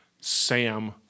Sam